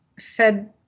Fed